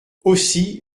aussi